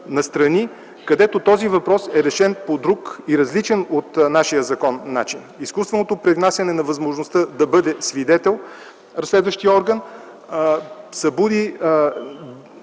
където този въпрос е решен по друг и различен от нашия закон начин. Изкуственото привнасяне на възможността разследващият орган да